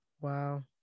Wow